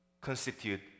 constitute